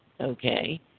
okay